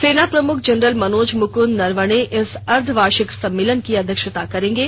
सेना प्रमुख जनरल मनोज मुकृंद नरवणे इस अर्धवार्षिक सम्मेलन की अध्यक्षता करेंगे